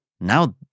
Now